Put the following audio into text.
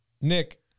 Nick